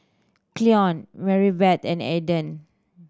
Cleon Maribeth and Eden